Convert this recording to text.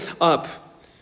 up